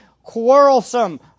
Quarrelsome